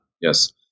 Yes